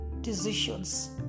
decisions